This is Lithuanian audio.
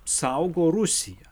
saugo rusija